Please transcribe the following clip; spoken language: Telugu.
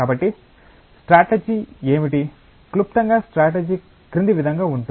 కాబట్టి స్ట్రాటజీ ఏమిటి క్లుప్తంగా స్ట్రాటజీ క్రింది విధంగా ఉంటుంది